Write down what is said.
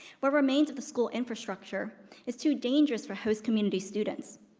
what remains of the school infrastructure is too dangerous for host community students.